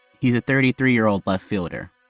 he's a thirty three year old left fielder.